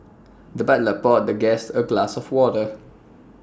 the butler poured the guest A glass of water